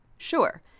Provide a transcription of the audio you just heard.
Sure